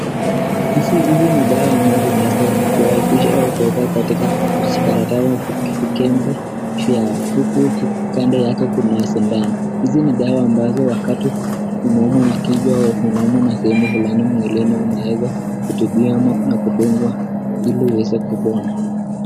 Hizi ni dawa ambazo zimeweza kuisha au kuwekwa katika vikaratasi vikembe vyao, huku kando yake kuna shindano. Hizi ni dawa ambazo wakati umeumwa na kichwa ama unaumwa na sehemu fulani mwilini unaweza kutumia na kudungwa iliuweze kupona.